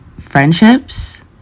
friendships